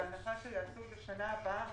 בהנחה שיעשו את זה בשנה הבאה,